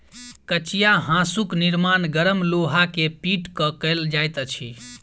कचिया हाँसूक निर्माण गरम लोहा के पीट क कयल जाइत अछि